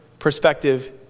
perspective